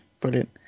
brilliant